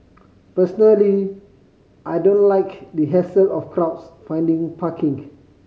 personally I don't like the hassle of crowds finding parking